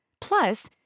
Plus